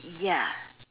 ya